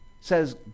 says